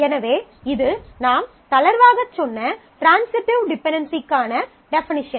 எனவே இது நாம் தளர்வாகச் சொன்ன ட்ரான்சிட்டிவ் டிபென்டென்சிக்கான டெஃபனிஷன்